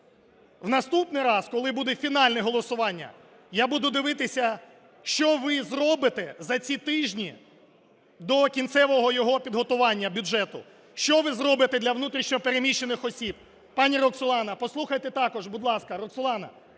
в наступний раз, коли буде фінальне голосування, я буду дивитися, що ви зробите за ці тижні до кінцевого його підготування, бюджету, що ви зробите для внутрішньо переміщених осіб. Пані Роксолано, послухайте також, будь ласка. Роксолано,